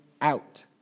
out